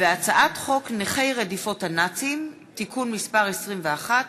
הצעת חוק נכי רדיפות הנאצים (תיקון מס' 21),